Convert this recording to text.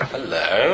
Hello